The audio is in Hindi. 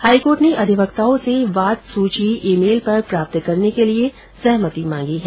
हाईकोर्ट ने अधिवक्ताओं से वाद सूची ईमेल पर प्राप्त करने के लिए सहमति मांगी है